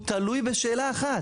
הוא תלוי בשאלה אחת,